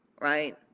right